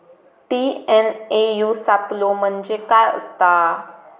TNAU सापलो म्हणजे काय असतां?